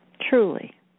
Truly